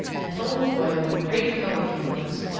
and told the boy what a great poet he was,